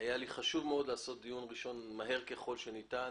היה לי חשוב מאוד לעשות דיון מהר ככל שניתן,